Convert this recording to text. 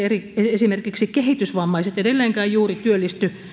esimerkiksi kehitysvammaiset edelleenkään juuri työllisty